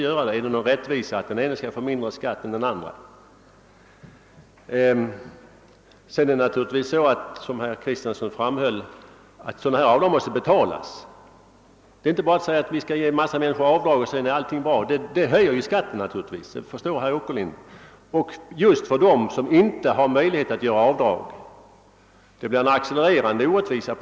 Är det någon rättvisa i att den ene då skall få mindre skatt än den andre? Vidare är det naturligtvis så som herr Kristenson framhöll, att en höjning av avdragen måste kompenseras. Det går inte bara att säga att vi skall ge en mängd människor avdrag, utan skatten måste då höjas. Det förstår herr Åkerlind. Och skatten höjs mest just för dem som inte har möjlighet att göra avdrag. På detta sätt blir det en accelererande orättvisa.